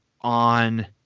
on